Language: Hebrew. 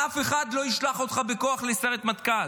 אף אחד לא ישלח אותך בכוח לסיירת מטכ"ל,